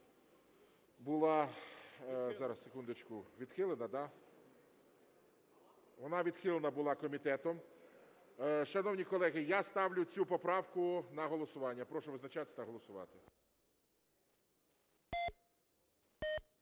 Вона відхилена була комітетом. Шановні колеги, я ставлю цю поправку на голосування. Прошу визначатися та голосувати.